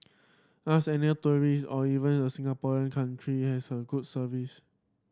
ask any tourist or even a Singaporean country has a good service